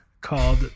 called